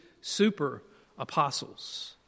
super-apostles